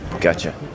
Gotcha